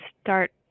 start